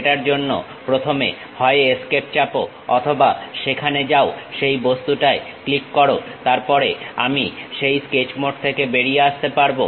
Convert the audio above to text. সেটার জন্য প্রথমে হয় এস্কেপ চাপো অথবা সেখানে যাও সেই বস্তুটায় ক্লিক করো তারপরে আমি সেই স্কেচ মোড থেকে বেরিয়ে আসতে পারবো